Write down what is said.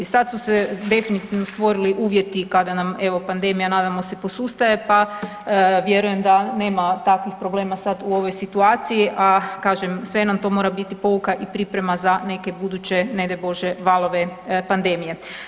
I sada su se definitivno stvorili uvjeti kada nam evo pandmeija nadam se posustaje pa vjerujem da nema takvih problema sad u ovoj situaciji, a kažem sve nam to mora biti pouka i priprema za neke buduće ne daj Bože valove pandemije.